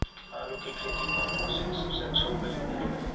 आलू की खेती कौन मौसम में सबसे अच्छा उपज होबो हय?